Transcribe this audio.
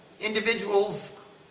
individuals